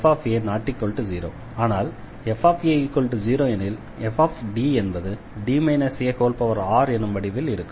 ஆனால் fa0 எனில் f என்பது D arஎனும் வடிவில் இருக்கும்